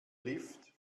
lift